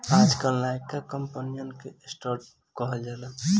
आजकल नयका कंपनिअन के स्टर्ट अप कहल जाला